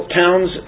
towns